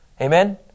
Amen